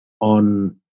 on